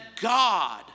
God